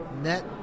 net